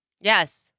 Yes